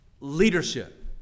leadership